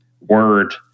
word